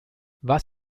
was